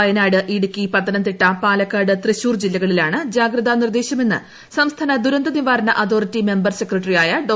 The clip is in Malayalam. വയനാട് ഇടുക്കി പത്തനംതിട്ട പാലക്കാട് തൃശൂർ ജില്ലകളിലാണ് ജാഗ്രതാ നിർദ്ദേശമെന്ന് സംസ്ഥാന ദുരന്ത നിവാരണ അതോറിറ്റി മെമ്പർ സെക്രട്ടറിയായ ഡോ